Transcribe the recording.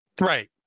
Right